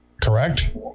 correct